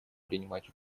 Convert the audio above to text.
принимать